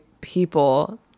people